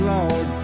Lord